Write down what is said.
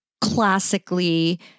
classically